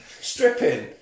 stripping